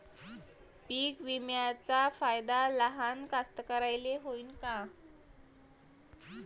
पीक विम्याचा फायदा लहान कास्तकाराइले होईन का?